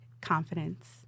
confidence